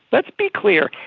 but be clear.